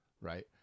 right